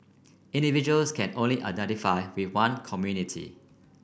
individuals can only identify with one community